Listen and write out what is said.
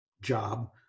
job